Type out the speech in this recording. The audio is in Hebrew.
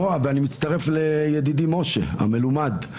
אני מצטרף לידידי משה המלומד,